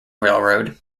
railroad